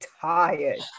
tired